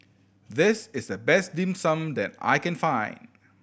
this is the best Dim Sum that I can find